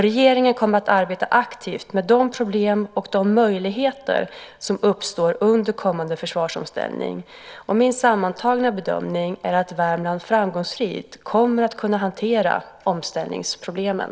Regeringen kommer att arbeta aktivt med de problem och de möjligheter som uppstår under kommande försvarsomställning. Min sammantagna bedömning är att Värmland framgångsrikt kommer att kunna hantera omställningsproblemen.